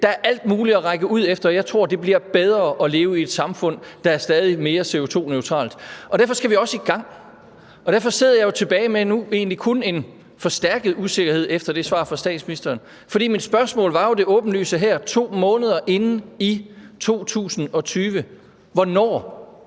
Der er alt muligt at række ud efter, og jeg tror, det bliver bedre at leve i et samfund, der er stadig mere CO2-neutralt. Derfor skal vi også i gang. Og derfor sidder jeg jo egentlig nu tilbage med en usikkerhed, der kun er blevet forstærket af det svar fra statsministeren. For mit spørgsmål var jo det åbenlyse her 2 måneder inde i 2020: Hvornår